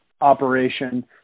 operation